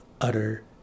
utter